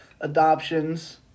adoptions